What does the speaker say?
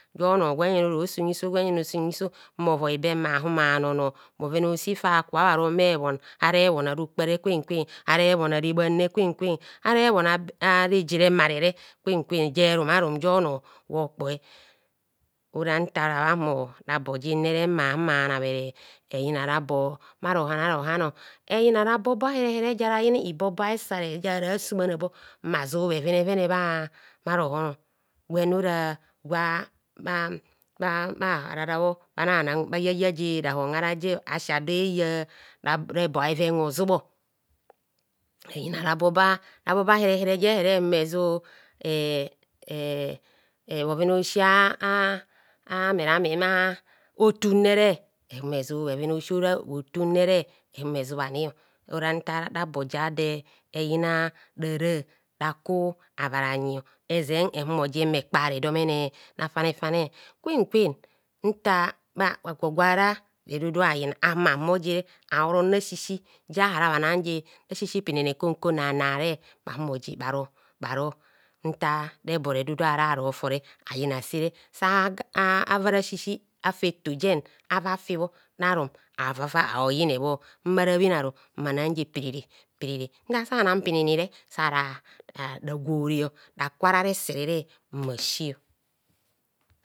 Gwono gwen jen oro sum hiso gwenjen osum hiso mmo voi be bhahumo bhanono bhoven a'osi fa ku bhobha ron bha ebhon ara ebhon arokpare kwen kwen ara ebhon are bhane kwen kwen ara ebhon areje remarere kwen kwen jerumarum jonor gwo kpoi ora ntara bhahumo rabo jene mma humo bhana bhere eyina rabo bha rohanahon eyina rabobo a herehere ja ra yina ibobo a' hesare jara sumana bho mma sub bhevenevene bha- bharohom gwene ora gwa gwa ma ma ohararabho bha ya ya ji rahon arabe asi ado eya rabo a'bheven hosub ehina rabobo a'herehere jehere humo ezu ee e bhoven a'osi a a merame bha otunere ehumo ezu bhoven aosi otunnere ehumo ezubhani ora nta rabo jado eyina rȧrạ raku ava ranyio ezen ehumi je mme kpare domene rafanefane. Kwen kwen ntar bha agwo gwara idudu ayina ahumo ahumo jere auron rasisi jahara bhanan je rasisi pinere kon kon nana re bhahumo je bharo bharo nta rebo redudu ara harofore ayina se sa a a ava rasisi afi eto jen ava fibho rarum avava aoyine bho mma rabhenaru bhananje piriri piriri nta sa nan piriri re sa ra ra ragwore raku ara reserere mmasi.